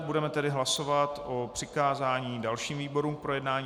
Budeme tedy hlasovat o přikázání dalším výborům k projednání.